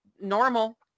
normal